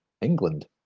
England